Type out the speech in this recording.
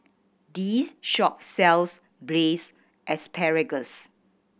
this shop sells Braised Asparagus